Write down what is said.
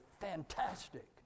Fantastic